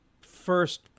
first